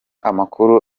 amakuru